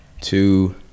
two